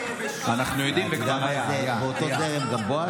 יש באותו זרם גם בואש?